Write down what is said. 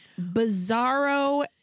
bizarro